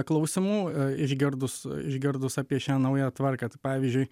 klausimų išgirdus išgirdus apie šią naują tvarką tai pavyzdžiui